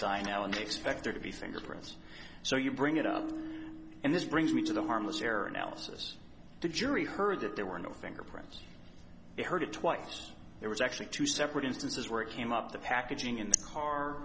and expect there to be single for us so you bring it up and this brings me to the harmless error analysis the jury heard that there were no fingerprints they heard it twice there was actually two separate instances where it came up the packaging in the car